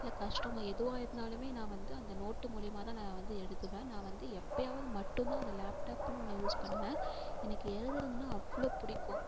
இல்லை கஷ்டமோ எதுவாக இருந்தாலுமே நான் வந்து அந்த நோட்டு மூலியமா தான் நான் வந்து எழுதுவேன் நான் வந்து எப்போயாவது மட்டுந்தான் அந்த லேப்டாப்புன்னு ஒன்று யூஸ் பண்ணுவேன் எனக்கு எழுதுறதுன்னா அவ்வளோ பிடிக்கும்